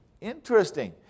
Interesting